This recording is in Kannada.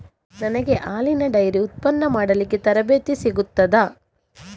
ನನಗೆ ಹಾಲಿನ ಡೈರಿ ಉತ್ಪನ್ನ ಮಾಡಲಿಕ್ಕೆ ತರಬೇತಿ ಸಿಗುತ್ತದಾ?